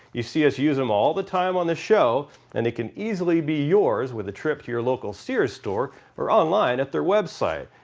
you see us use them all the time on the show and they can easily be yours with a trip to your local sears store or online at their website.